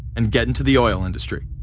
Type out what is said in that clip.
and get into the oil industry.